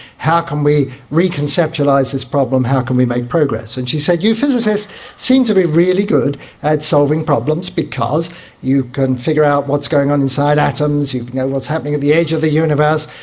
how can we reconceptualise this problem, how can we make progress. and she said, you physicists seem to be really good at solving problems because you can figure out what's going on inside atoms, you know what's happening with the age of the universe,